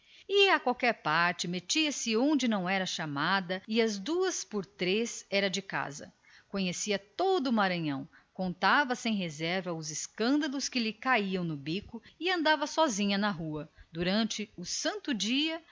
a qualquer parte fosse ou não fosse desejada e às duas por três era da casa conhecia todo o maranhão contava sem reservas os escândalos que lhe caíam no bico e andava sozinha na rua passarinhando por toda a